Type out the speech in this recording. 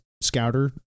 scouter